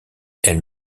elles